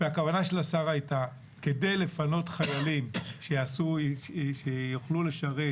הכוונה של השר הייתה שכדי לפנות חיילים שיוכלו לשרת